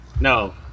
No